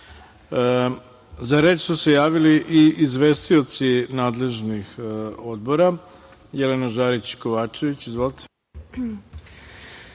reč su se javili i izvestioci nadležnih odbora. Reč ima Jelena Žarić Kovačević. Izvolite.